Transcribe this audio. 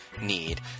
need